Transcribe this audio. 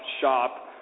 shop